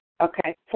okay